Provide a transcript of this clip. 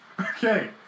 Okay